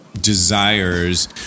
desires